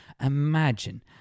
Imagine